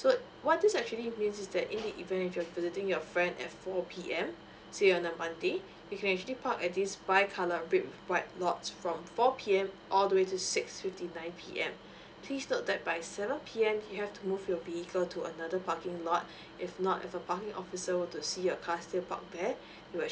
so what this actually means is that in the event if you're visiting your friends at four P_M say it on monday you actually park at this bicolour red white lot from four P_M all the way to six fifty nine P_M please note that by seven P_M you have to move your vehicle to another parking lot if not if the parking officer were to see your car still park there he'll actually